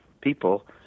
people